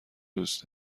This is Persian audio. دوست